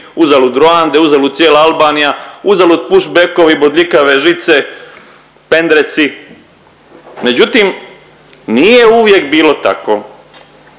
uzalud Ruande, uzalud cijela Albanija, uzalud push backovi, bodljikave žice, pendreci. Međutim, nije uvijek bilo tako.